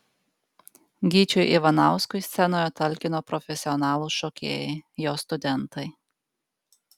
gyčiui ivanauskui scenoje talkino profesionalūs šokėjai jo studentai